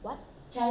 oh